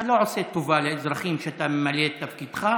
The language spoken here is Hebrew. אתה לא עושה טובה לאזרחים כשאתה ממלא את תפקידך,